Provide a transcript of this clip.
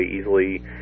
easily